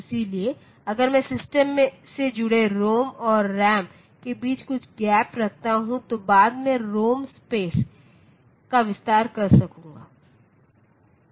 इसलिए अगर मैं सिस्टम से जुड़े रॉम और रैम के बीच कुछ गैप रखता हूं तो बाद में रॉम स्पेस का विस्तार कर सकूंगा